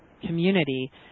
community